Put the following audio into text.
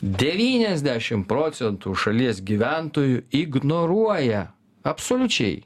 devyniasdešim procentų šalies gyventojų ignoruoja absoliučiai